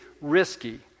risky